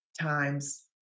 times